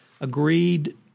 agreed